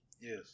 Yes